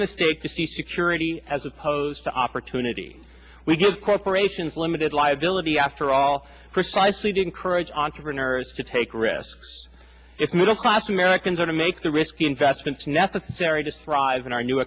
mistake to see security as opposed to opportunity we give corporations limited liability after all precisely to encourage entrepreneurs to take risks if middle class americans are to make the risky investments necessary to strive in our new